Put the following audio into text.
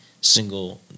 single